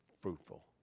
fruitful